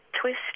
twist